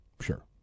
sure